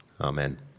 amen